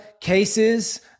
cases